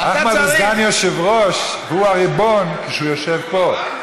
אחמד הוא סגן יושב-ראש והוא הריבון כשהוא יושב פה,